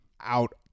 out